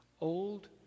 old